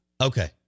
Okay